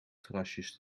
terrasjes